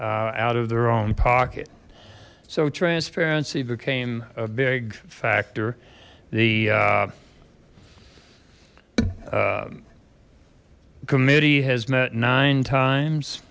out of their own pocket so transparency became a big factor the committee has met nine times